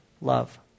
love